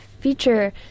feature